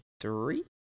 three